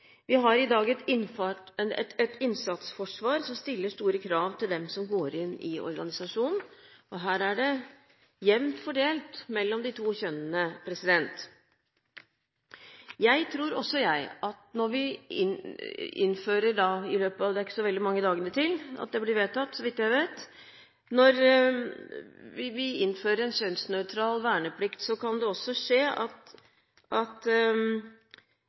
Vi har i dag et innsatsforsvar som stiller store krav til hvem som går inn i organisasjonen, og her er det jevnt fordelt mellom de to kjønnene. Jeg tror også at når vi innfører – det er ikke så veldig mange dager til det blir vedtatt, så vidt jeg vet – en kjønnsnøytral verneplikt, kan også det skje at